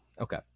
Okay